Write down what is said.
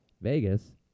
Vegas